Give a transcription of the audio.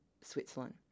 Switzerland